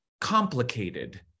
complicated